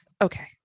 Okay